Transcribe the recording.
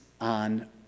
on